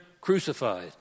crucified